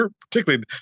particularly